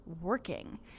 working